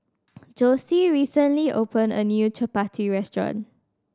Josie recently opened a new Chappati restaurant